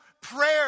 prayer